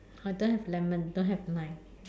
I don't have lemon don't have lime